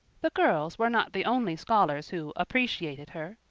the girls were not the only scholars who appreciated her.